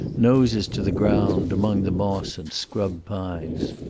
noses to the ground, among the moss and scrub pines.